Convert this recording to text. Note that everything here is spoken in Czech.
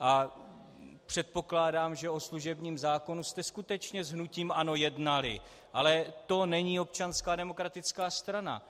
A předpokládám, že o služebním zákonu jste skutečně s hnutím ANO jednali ale to není Občanská demokratická strana.